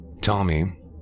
Tommy